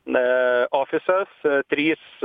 na ofisas trys